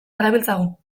darabiltzagu